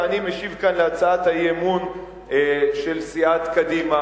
ואני משיב כאן על הצעת האי-אמון של סיעת קדימה,